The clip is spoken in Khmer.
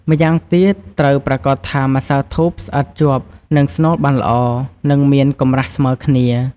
ម្យ៉ាងទៀតត្រូវប្រាកដថាម្សៅធូបស្អិតជាប់នឹងស្នូលបានល្អ និងមានកម្រាស់ស្មើគ្នា។